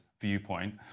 viewpoint